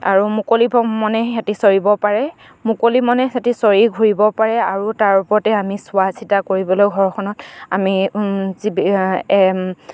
আৰু মুকলি মনে সেহেঁতি চৰিব পাৰে মুকলি মনে সেহেঁতি চৰি ঘূৰিব পাৰে আৰু তাৰ ওপৰতে আমি চোৱা চিতা কৰিবলৈ ঘৰখনত আমি